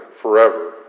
forever